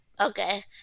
Okay